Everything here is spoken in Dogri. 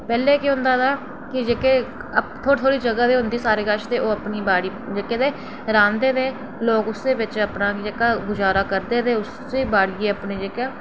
पैह्ले केह् होंदा कि जेह्के थोह्ड़ी थोह्ड़ी जगह् होंदी सारें कश ते ओह् अपनी बाड़ी जेहके ते राह्ंदे ते लोक उस्सै बिच अपना जेह्का गुजारा करदे बाड़ियै अपना जेह्का